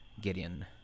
Gideon